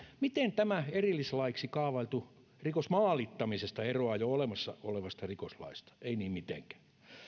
miten tämä erillislaiksi kaavailtu rikos maalittamisesta eroaa jo olemassa olevasta rikoslaista ei niin mitenkään